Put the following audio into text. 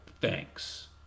thanks